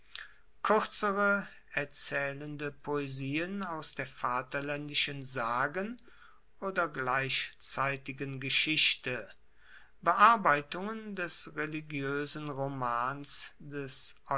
kuerzere erzaehlende poesien aus der vaterlaendischen sagen oder gleichzeitigen geschichte bearbeitungen des religioesen romans des